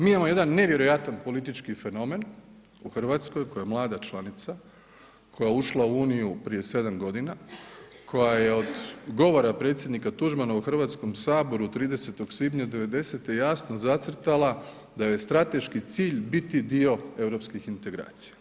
Mi imamo jedan nevjerojatan politički fenomen u Hrvatskoj koja je mlada članica, koja je ušla u Uniju prije sedam godina, koja je od govora predsjednika Tuđmana u Hrvatskom saboru 30. svibnja '90.-te jasno zacrtala da joj je strateški cilj biti dio europskih integracija.